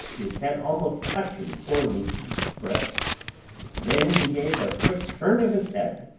his head almost touching poor lucy's breast then he gave a quick turn of his head,